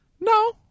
No